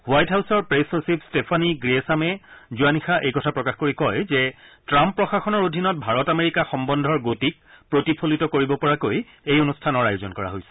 white হাউছৰ press সচিব Stephanie গ্ৰীয়েছামে যোৱা নিশা এই কথা প্ৰকাশ কৰি কয় যে টাম্প প্ৰশাসনৰ অধীনত ভাৰত আমেৰিকা সম্বন্ধৰ গতিক প্ৰতিফলিত কৰিব পৰাকৈ এই অনুষ্ঠানৰ আয়োজন কৰা হৈছে